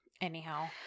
Anyhow